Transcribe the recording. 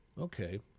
Okay